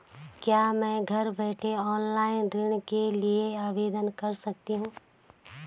क्या मैं घर बैठे ऑनलाइन ऋण के लिए आवेदन कर सकती हूँ?